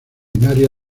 binaria